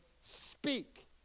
Speak